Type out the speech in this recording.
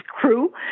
crew